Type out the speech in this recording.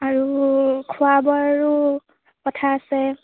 আৰু খোৱা বোৱাৰো কথা আছে